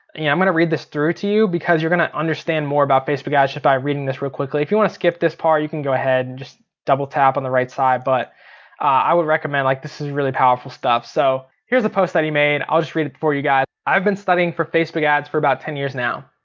i'm gonna read this through to you, because you're gonna understand more about facebook ads if i read and this real quickly. if you want to skip this part you can go ahead and just double tap on the right side. but i would recommend, like this is really powerful stuff. so here's a post that he made, i'll just read it for you guys. i've been studying for facebook ads for about ten years now.